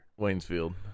Waynesfield